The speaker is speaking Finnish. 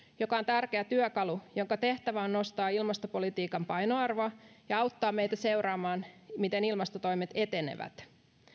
joka on tärkeä työkalu ja jonka tehtävä on nostaa ilmastopolitiikan painoarvoa ja auttaa meitä seuraamaan miten ilmastotoimet etenevät